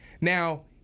now